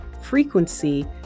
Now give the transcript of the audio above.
frequency